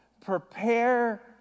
prepare